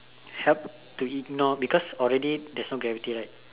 help to ignore because already there's no gravity right